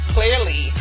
clearly